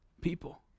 people